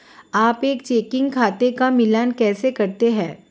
आप एक चेकिंग खाते का मिलान कैसे करते हैं?